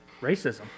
racism